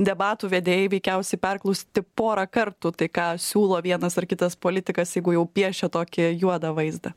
debatų vedėjai veikiausiai perklausyti porą kartų tai ką siūlo vienas ar kitas politikas jeigu jau piešia tokį juodą vaizdą